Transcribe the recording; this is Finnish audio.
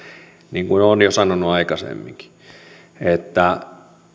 niin kuin olen jo sanonut aikaisemminkin että